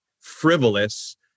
frivolous